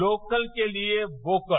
local के लिए vocal